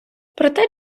проте